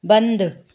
बंदि